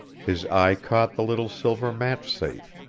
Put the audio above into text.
his eye caught the little silver match-safe.